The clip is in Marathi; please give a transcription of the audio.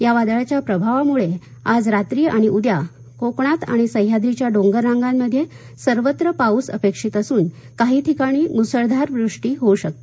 या वादळाच्या प्रभावामुळे आज रात्री आणि उद्या कोकणात आणि सह्याद्रीच्या डोंगररांगांमध्ये सर्वत्र पाऊस अपेक्षित असून काही ठिकाणी मुसळधार वृष्टी होऊ शकते